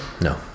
No